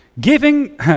Giving